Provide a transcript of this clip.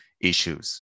issues